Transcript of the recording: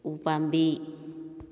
ꯎꯄꯥꯝꯕꯤ